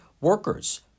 Workers